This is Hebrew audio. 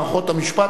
מערכות המשפט,